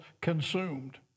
consumed